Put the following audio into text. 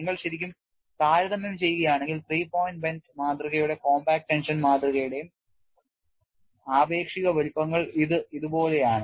നിങ്ങൾ ശരിക്കും താരതമ്യം ചെയ്യുകയാണെങ്കിൽthree പോയിന്റ് bend മാതൃകയുടെയും കോംപാക്റ്റ് ടെൻഷൻ മാതൃകയുടെയും ആപേക്ഷിക വലുപ്പങ്ങൾ ഇത് ഇതുപോലെയാണ്